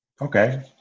Okay